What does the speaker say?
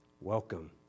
Welcome